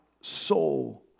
soul